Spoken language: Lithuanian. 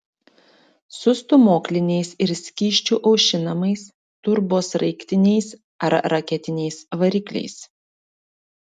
su stūmokliniais ir skysčiu aušinamais turbosraigtiniais ar raketiniais varikliais